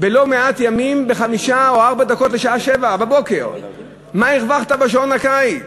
בלא מעט ימים חמש או ארבע דקות לפני 07:00. מה הרווחת בשעון הקיץ,